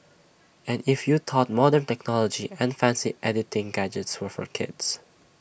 and if you thought modern technology and fancy editing gadgets were for kids